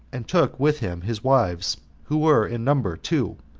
and took with him his wives, who were in number two,